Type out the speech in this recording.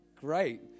Great